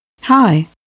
Hi